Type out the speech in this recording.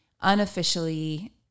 unofficially